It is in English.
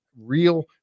real